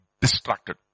distracted